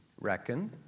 Reckon